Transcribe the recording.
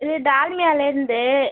இது டால்மியாலேருந்து